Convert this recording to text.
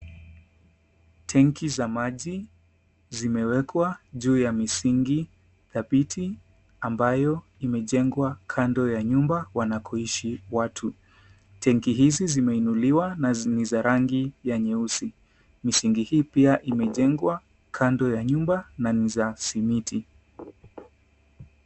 Tenki za maji zimewekwa juu ya misingi dhabiti ambayo imejengwa kando ya nyumba wanakoishi watu. Tenki hizi zimeinuiliwa na za rangi ya nyeusi. Misingi hii pia imejengwa kando ya nyumba na ni za simiti.